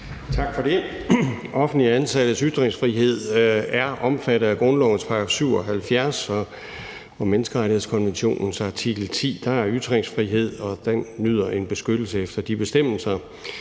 Tak for det. Offentligt ansattes ytringsfrihed er omfattet af grundlovens § 77 og af menneskerettighedskonventionens artikel 10. Der er ytringsfrihed, og den nyder en beskyttelse efter de bestemmelser.